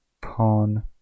Pawn